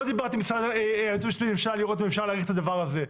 לא דיברתם עם היועץ המשפטי לממשלה לראות אם אפשר להאריך את הדבר הזה,